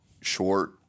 short